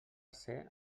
ser